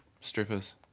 strippers